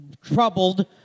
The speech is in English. Troubled